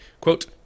quote